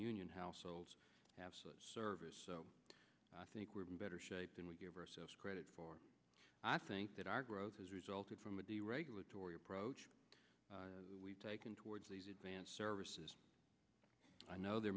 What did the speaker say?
union households have service i think we're in better shape than we give ourselves credit for i think that our growth has resulted from a deregulatory approach we've taken towards these advanced services i know there